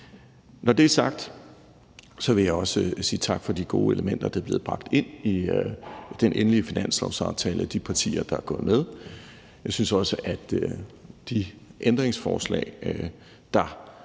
Når det er sagt, vil jeg også sige tak for de gode elementer, der er blevet bragt ind i den endelige finanslovsaftale af de partier, der er gået med. Jeg synes også, at de ændringsforslag, der